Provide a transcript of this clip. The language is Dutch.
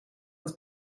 het